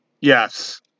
Yes